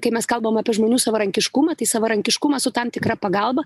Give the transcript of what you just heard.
kai mes kalbam apie žmonių savarankiškumą tai savarankiškumas su tam tikra pagalba